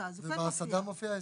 ובהסעדה מופיע עשרים.